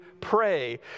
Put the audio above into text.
pray